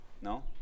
no